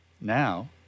now